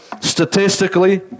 statistically